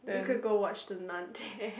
we could go watch the Nun